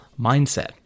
mindset